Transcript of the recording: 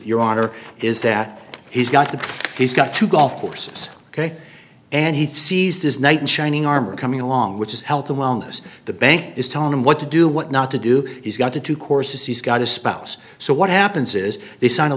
honor is that he's got to he's got two golf courses ok and he sees this knight in shining armor coming along which is health and wellness the bank is telling him what to do what not to do he's got to do courses he's got a spouse so what happens is they sign a